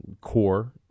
core